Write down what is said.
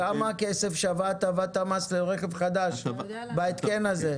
כמה כסף שווה הטבת המס לרכב חדש בהתקן הזה?